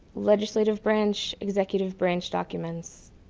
legislative branch, executive branch documents,